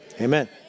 Amen